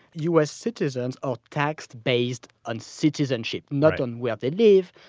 u. s. citizens are taxed based on citizenship, not on where they live,